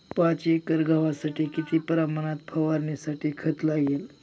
पाच एकर गव्हासाठी किती प्रमाणात फवारणीसाठी खत लागेल?